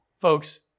folks